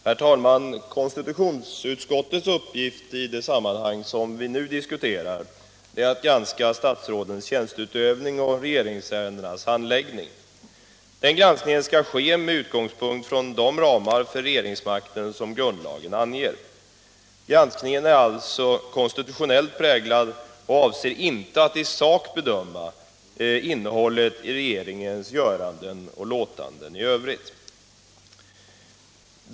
Herr talman! Konstitutionsutskottets uppgift i det sammanhang som vi nu diskuterar är att granska statsrådens tjänsteutövning och regeringsärendenas handläggning. Denna granskning skall ske med utgångspunkt i de ramar för regeringsmakten som grundlagen anger. Granskningen är alltså konstitutionellt präglad och avser inte att i sak bedöma innehållet i regeringens göranden och låtanden i övrigt.